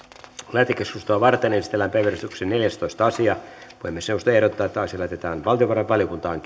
lähetekeskustelua varten esitellään päiväjärjestyksen neljästoista asia puhemiesneuvosto ehdottaa että asia lähetetään valtiovarainvaliokuntaan